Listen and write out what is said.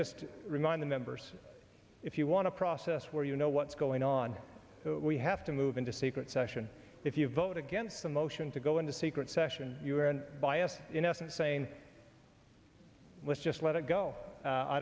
just remind the members if you want to process where you know what's going on we have to move into secret session if you vote against the motion to go into secret session biased in essence saying let's just let it go